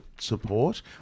support